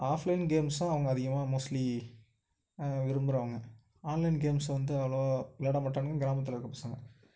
offline கேம்ஸும் அவங்க அதிகமாக மோஸ்ட்லீ விரும்பறவுங்க ஆன்லைன் கேம்ஸ் வந்து அவ்வளோவா விளையாட மாட்டானுங்க கிராமத்தில் இருக்கற பசங்க